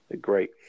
great